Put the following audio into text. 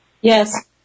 Yes